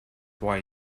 why